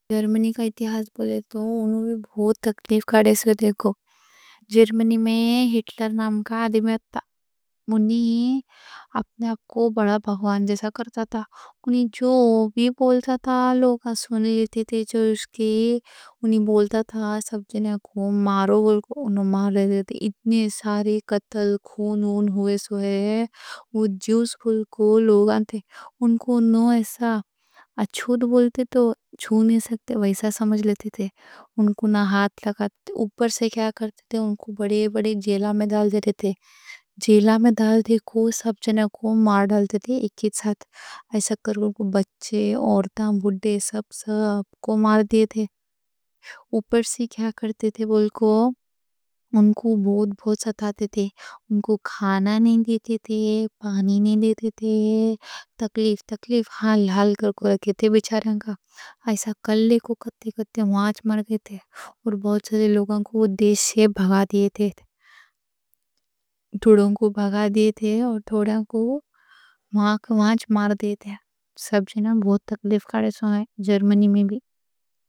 جرمنی کا اتہاس بولے تو انھوں بہت تکلیف کرے سو، دیکھو۔ جرمنی میں ہٹلر نام کا آدمی ہوتا۔ انہیں اپنے آپ کو بڑا بھگوان جیسا کرتا تھا۔ انہیں جو بھی بولتا تھا، لوگاں سنے لیتے تھے جو اس کے۔ انہیں بولتا تھا، سب جنوں کو مارو بول کو، انھوں مار دیتے تھے۔ اتنے سارے قتل، خون ہوئے سو ہے۔ وہ جیوز کو لوگاں ایسا اچھوت بولتے، تو چھو نہیں سکتے ویسا سمجھ لیتے تھے۔ انھوں ہاتھ نہ لگاتے تھے۔ اوپر سے کیا کرتے تھے، انھوں کو بڑے بڑے جیلوں میں ڈال دیتے تھے۔ جیلوں میں ڈال دے کو، سب جنوں کو مار ڈال دیتے تھے ایک ہی ساتھ۔ ایسا کر کے ان کو بچے، عورتاں، بوڑھے، سب سب کو مار دیتے تھے۔ اوپر سے کیا کرتے تھے، بول کو ان کو حقارت، ان کو بہت بہت ستاتے تھے۔ انھوں کو کھانا نہیں دیتے تھے، پانی نہیں دیتے تھے۔ تکلیف، تکلیف، حال حال کر کے رکھے تھے بیچاروں کا۔ ایسا کلے کو کتے کتے وہاں مر جاتے تھے۔ اور بہت سارے لوگاں کو وہ دیش سے بھگا دیئے تھے۔ تھوڑوں کو بھگا دیئے تھے، اور تھوڑا کو وہاں کھاں مار دیئے تھے۔ سب جنوں کو بہت تکلیف کرے سو ہے، جرمنی میں بھی۔